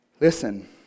Listen